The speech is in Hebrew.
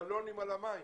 - בלונים על המים.